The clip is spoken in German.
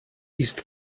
ist